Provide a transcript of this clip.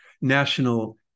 national